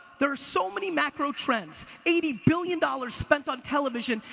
there are so many macro trends, eighty billion dollars spent on television,